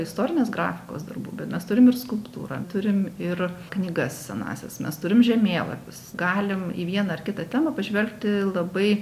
istorinės grafikos darbų bet mes turim ir skulptūrą turim ir knygas senąsias mes turim žemėlapius galim į vieną ar kitą temą pažvelgti labai